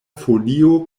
folio